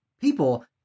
people